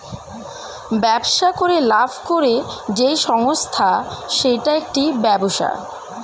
ব্যবসা করে লাভ করে যেই সংস্থা সেইটা একটি ব্যবসা